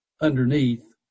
underneath